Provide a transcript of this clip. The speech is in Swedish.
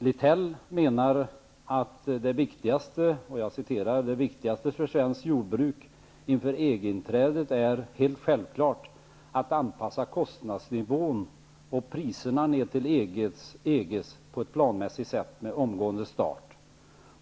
Lithell menar att det viktigaste för svenskt jordbruk inför EG-inträdet är, helt självklart, att anpassa kostnadsnivån och priserna ner till EG:s på ett planmässigt sätt med omgående start.